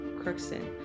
Crookston